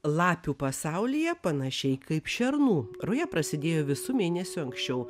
lapių pasaulyje panašiai kaip šernų ruja prasidėjo visu mėnesiu anksčiau